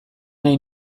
nahi